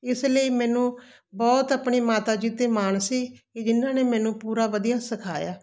ਇਸ ਲਈ ਮੈਨੂੰ ਬਹੁਤ ਆਪਣੀ ਮਾਤਾ ਜੀ 'ਤੇ ਮਾਣ ਸੀ ਇਹ ਜਿਹਨਾਂ ਨੇ ਮੈਨੂੰ ਪੂਰਾ ਵਧੀਆ ਸਿਖਾਇਆ